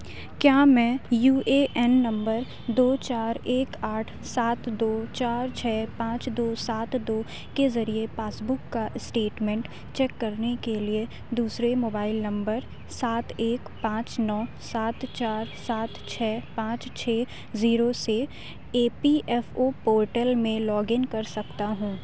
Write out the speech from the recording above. کیا میں U A N number دو چار ایک آٹھ سات دو چار چھ پانچ دو سات دو کے ذریعے پاس بک کا اسٹیٹمنٹ چیک کرنے کے لیے دوسرے موبائل نمبر سات ایک پانچ نو سات چار سات چھ پانچ چھ زیرو سے A P F O portal میں لاگ ان کر سکتا ہوں